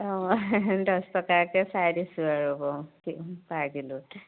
অঁ দহ টকাকৈ চাই দিছোঁ আৰু অঁ পাৰ কিলোত